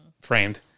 framed